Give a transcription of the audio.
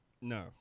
No